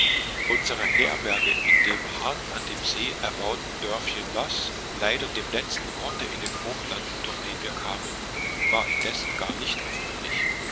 unsere herberge in dem hart am see erbauten dörfchen luss leider dem letzten orte in den hochlanden durch den wir kamen war indessen gar nicht erfreulich